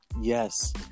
Yes